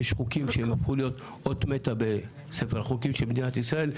יש חוקים שהפכו להיות אות מתה בספר החוקים במדינת ישראל.